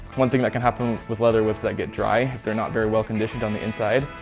one thing that can happen with leather whips that get dry, if they're not very well conditioned on the inside,